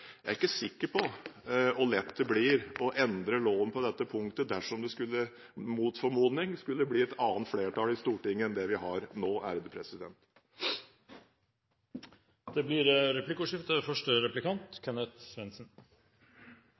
Jeg er ikke sikker på hvor lett det blir å endre loven på dette punktet dersom det – mot formodning – skulle bli et annet flertall i Stortinget enn det vi har nå. Det blir replikkordskifte.